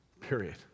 Period